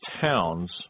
towns